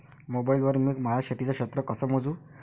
Mobile वर मी माया शेतीचं क्षेत्र कस मोजू?